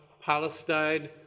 palestine